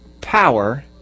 power